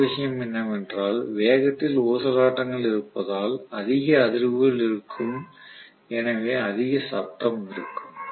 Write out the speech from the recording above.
மற்றொரு விஷயம் என்னவென்றால் வேகத்தில் ஊசலாட்டங்கள் இருப்பதால் அதிக அதிர்வுகள் இருக்கும் எனவே அதிக சத்தம் இருக்கும்